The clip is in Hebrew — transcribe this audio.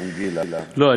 לא,